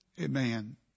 Amen